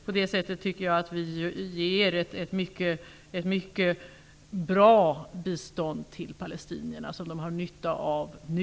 På det sättet ger vi ett mycket bra bistånd till palestinierna, som de har nytta av nu.